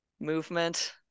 movement